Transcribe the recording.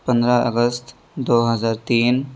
پندرہ اگست دو ہزار تین